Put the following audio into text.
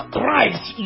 price